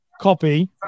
copy